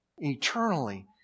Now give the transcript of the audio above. eternally